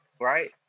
right